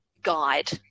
guide